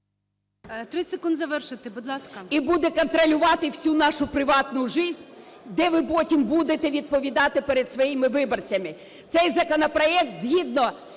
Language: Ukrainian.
і буде контролювати всю нашу приватну жизнь, де ви потім будете відповідати перед своїми виборцями? Цей законопроект, згідно